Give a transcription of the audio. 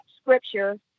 scripture